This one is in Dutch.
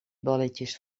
bolletjes